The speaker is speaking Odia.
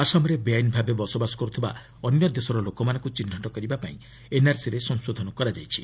ଆସାମରେ ବେଆଇନ ଭାବେ ବସବାସ କରୁଥିବା ଅନ୍ୟ ଦେଶର ଲୋକମାନଙ୍କୁ ଚିହ୍ନଟ କରିବାପାଇଁ ଏନ୍ଆର୍ସିରେ ସଂଶୋଧନ କରାଯାଉଛି